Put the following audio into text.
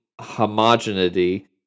homogeneity